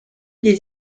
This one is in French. des